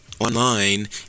online